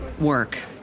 work